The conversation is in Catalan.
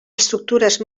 estructures